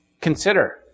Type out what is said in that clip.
consider